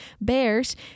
bears